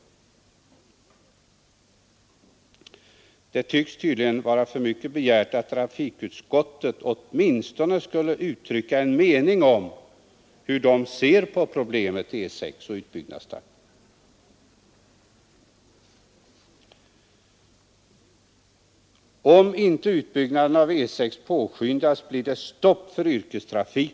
Det tycks vara för mycket begärt att trafikutskottet skulle uttrycka en mening om hur man ser på problemet E 6 och utbyggnadstakten.